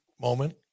moment